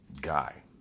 guy